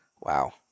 Wow